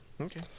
okay